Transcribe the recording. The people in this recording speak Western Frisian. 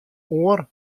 oar